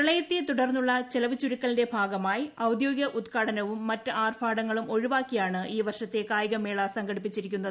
പ്രളയത്തെ തുടർന്നുള്ള ചെലവ് ചുരുക്കലിന്റെ ഭാഗമായി ഔദ്യോഗിക ഉദ്ഘാടനവും മറ്റ് ആർഭാടങ്ങളും ഒഴിവാക്കിയാണ് ഈ വർഷത്തെ കായികമേള സംഘടിപ്പിച്ചിരിക്കുന്നത്